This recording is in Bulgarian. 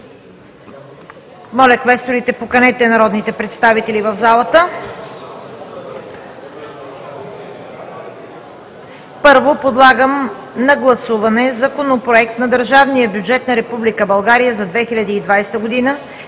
Моля, квесторите, поканете народните представители в залата. Първо, подлагам на гласуване Законопроекта на държавния бюджет на Република